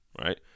right